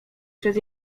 przed